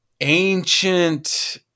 ancient